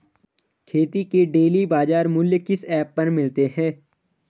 खेती के डेली बाज़ार मूल्य किस ऐप पर मिलते हैं?